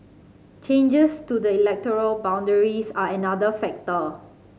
changes to the electoral boundaries are another factor